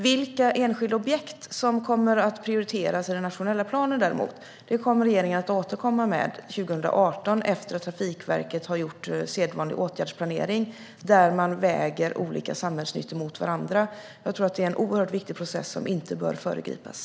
Vilka enskilda objekt som kommer att prioriteras i den nationella planen kommer däremot regeringen att återkomma med 2018 efter att Trafikverket har gjort sedvanlig åtgärdsplanering där man väger olika samhällsnyttor mot varandra. Det är en oerhört viktig process som inte bör föregripas.